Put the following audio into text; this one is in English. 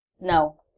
No